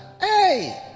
Hey